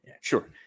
sure